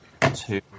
Two